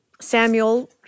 samuel